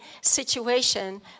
situation